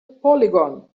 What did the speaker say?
polygon